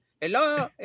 Hello